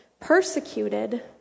persecuted